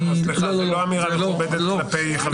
סליחה, זו לא אמירה מכובדת כלפי חבר כנסת.